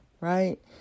right